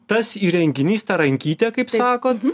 tas įrenginys tą rankytė kaip sakot